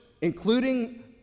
including